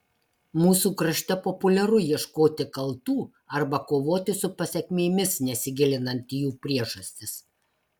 mūsų krašte populiaru ieškoti kaltų arba kovoti su pasekmėmis nesigilinant į jų priežastis